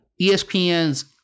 ESPN's